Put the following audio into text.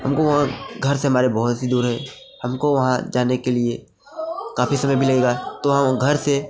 हमको वहाँ घर से हमारे बहुत ही दूर है हमको वहाँ जाने के लिए काफी समय मिलेगा तो हम घर से